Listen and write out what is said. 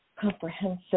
comprehensive